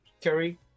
carry